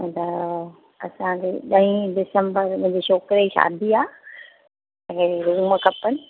त असांखे ॾहीं दिसम्बर मुंहिंजे छोकिरे जी शादी आहे असांखे रुम खपनि